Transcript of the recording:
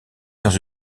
dans